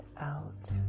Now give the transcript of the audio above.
out